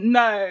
no